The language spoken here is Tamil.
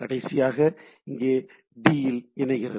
கடைசியாக இங்கே டி இல் இணைகிறது